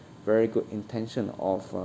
very good intention of